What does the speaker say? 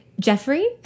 Jeffrey